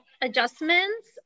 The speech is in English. adjustments